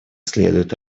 следует